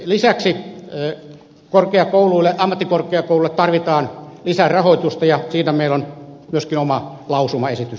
lisäksi ammattikorkeakouluille tarvitaan lisää rahoitusta ja siitä meillä on myöskin oma lausumaesitys